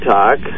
Talk